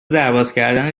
دربازکن